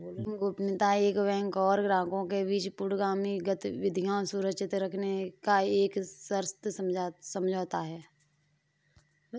banking गोपनीयता एक bank और ग्राहकों के बीच पूर्वगामी गतिविधियां सुरक्षित रखने का एक सशर्त समझौता है